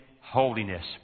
holiness